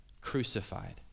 crucified